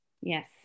Yes